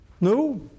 No